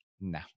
no